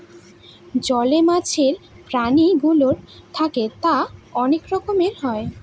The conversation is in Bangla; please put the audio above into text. জলে মাছের প্রাণীগুলো থাকে তা অনেক রকমের হয়